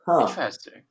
Interesting